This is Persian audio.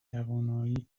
توانایی